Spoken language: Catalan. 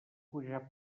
pujar